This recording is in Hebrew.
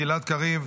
גלעד קריב,